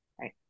right